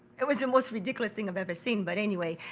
it was the most ridiculous thing i've ever seen, but anyway,